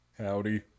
howdy